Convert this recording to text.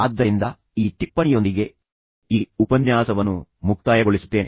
ಆದ್ದರಿಂದ ಈ ಟಿಪ್ಪಣಿಯೊಂದಿಗೆ ನಾನು ಈ ಉಪನ್ಯಾಸವನ್ನು ಮುಕ್ತಾಯಗೊಳಿಸುತ್ತೇನೆ